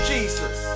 Jesus